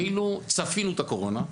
כאילו צפינו את הקורונה.